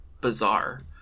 bizarre